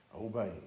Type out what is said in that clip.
obey